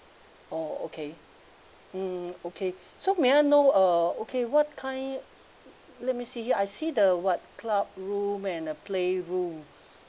oh okay mm okay so may I know uh okay what kind let me see I see the what clubroom and a playroom